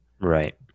right